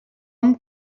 hom